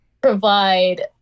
provide